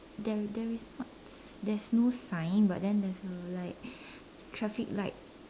there there is not there's no sign but then there's a like traffic light